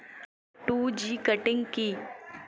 Two G cutting কি?